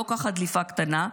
לא ככה דליפה קטנה,